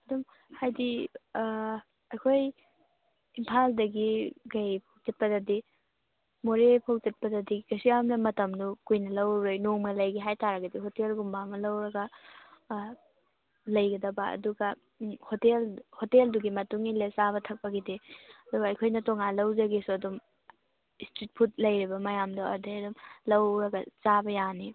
ꯑꯗꯨꯝ ꯍꯥꯏꯗꯤ ꯑꯩꯈꯣꯏ ꯏꯝꯐꯥꯜꯗꯒꯤ ꯀꯩ ꯆꯠꯄꯗꯗꯤ ꯃꯣꯔꯦ ꯐꯥꯎ ꯆꯠꯄꯗꯤ ꯀꯩꯁꯨ ꯌꯥꯝꯅ ꯃꯇꯝꯗꯨ ꯀꯨꯏꯅ ꯂꯧꯔꯔꯣꯏ ꯅꯣꯡꯃ ꯂꯩꯒꯦ ꯍꯥꯏ ꯇꯥꯔꯒꯗꯤ ꯍꯣꯇꯦꯜꯒꯨꯝꯕ ꯑꯃ ꯂꯧꯔꯒ ꯂꯩꯒꯗꯕ ꯑꯗꯨꯒ ꯍꯣꯇꯦꯜ ꯍꯣꯇꯦꯜꯗꯨꯒꯤ ꯃꯇꯨꯡꯏꯟꯅ ꯆꯥꯕ ꯊꯛꯄꯒꯤꯗꯤ ꯑꯗꯨꯒ ꯑꯩꯈꯣꯏꯅ ꯇꯣꯉꯥꯟ ꯂꯧꯖꯒꯦꯁꯨ ꯑꯗꯨꯝ ꯏꯁꯇ꯭ꯔꯤꯠ ꯐꯨꯠ ꯂꯩꯔꯤꯕ ꯃꯌꯥꯝꯗꯣ ꯑꯗꯨꯗꯩ ꯑꯗꯨꯝ ꯂꯧꯔꯒ ꯆꯥꯕ ꯌꯥꯅꯤ